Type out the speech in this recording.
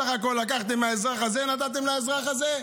בסך הכול לקחתם מהאזרח הזה ונתתם לאזרח הזה.